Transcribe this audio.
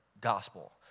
Gospel